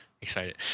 Excited